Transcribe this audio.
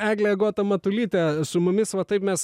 eglė agota matulytė su mumis va taip mes